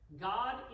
God